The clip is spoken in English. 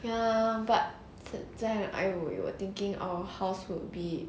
ya but sam and I were thinking of how our house would be